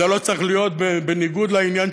זה לא צריך להיות בניגוד לעניין,